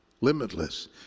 Limitless